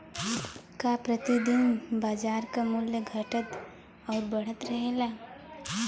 का प्रति दिन बाजार क मूल्य घटत और बढ़त रहेला?